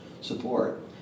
support